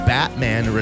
Batman